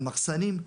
המחסנים,